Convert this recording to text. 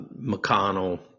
McConnell